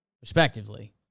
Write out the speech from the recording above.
Respectively